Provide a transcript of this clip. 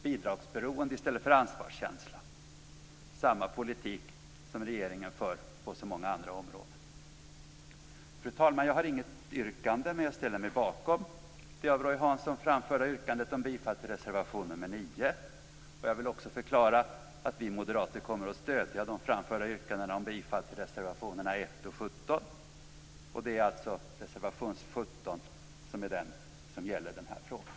Bidragsberoende i stället för ansvarskänsla - det är samma politik som regeringen för på så många andra områden. Fru talman! Jag har inget yrkande, men jag ställer mig bakom det av Roy Hansson framförda yrkandet om bifall till reservation nr 9. Jag vill också förklara att vi moderater kommer att stödja de framförda yrkandena om bifall till reservationerna 1 och 17. Det är alltså reservation 17 som gäller den här frågan.